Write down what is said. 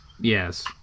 Yes